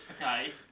okay